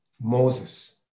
Moses